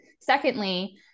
secondly